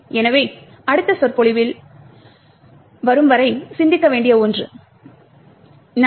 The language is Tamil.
எனவே இது அடுத்த சொற்பொழிவு வரை சிந்திக்க வேண்டிய ஒன்று நன்றி